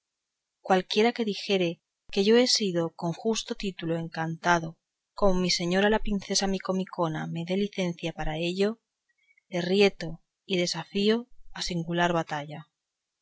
cualquiera que dijere que yo he sido con justo título encantado como mi señora la princesa micomicona me dé licencia para ello yo le desmiento le rieto y desafío a singular batalla